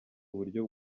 uburyo